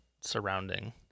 surrounding